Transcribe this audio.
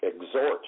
exhort